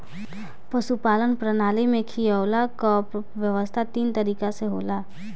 पशुपालन प्रणाली में खियवला कअ व्यवस्था तीन तरीके से होला